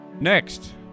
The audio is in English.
next